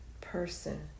person